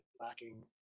lacking